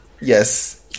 Yes